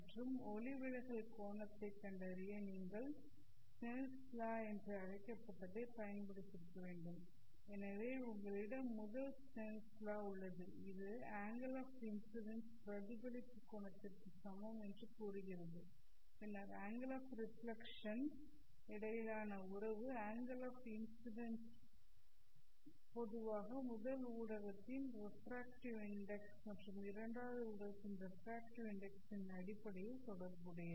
மற்றும் ஒளிவிலகல் கோணத்தைக் கண்டறிய நீங்கள் ஸ்னெல்லின் லா Snells law என்று அழைக்கப்பட்டதைப் பயன்படுத்தியிருக்க வேண்டும் எனவே உங்களிடம் முதல் ஸ்னெல் லா Snells law உள்ளது இது அங்கெல் ஆஃ இன்ஸிடென்ஸ் பிரதிபலிப்பு கோணத்திற்கு சமம் என்று கூறுகிறது பின்னர் அங்கெல் ஆஃ ரெஃப்ளெக்ஷன் இடையிலான உறவு அங்கெல் ஆஃ இன்ஸிடென்ஸ் பொதுவாக முதல் ஊடகத்தின் ரெஃப்ரக்ட்டிவ் இன்டெக்ஸ் மற்றும் இரண்டாவது ஊடகத்தின் ரெஃப்ரக்ட்டிவ் இன்டெக்ஸ் ன் அடிப்படையில் தொடர்புடையது